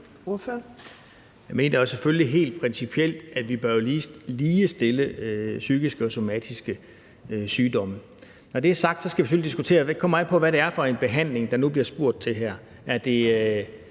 Jeg mener selvfølgelig helt principielt, at vi bør ligestille psykiske og somatiske sygdomme. Når det er sagt, skal vi selvfølgelig diskutere, hvad det er for en behandling, der nu bliver spurgt til her. Er det